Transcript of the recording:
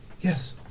Yes